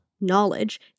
knowledge